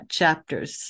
chapters